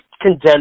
condense